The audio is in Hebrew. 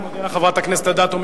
אני מודה לחברת הכנסת אדטו.